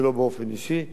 שלא באופן אישי.